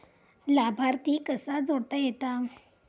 लाभार्थी कसा जोडता येता?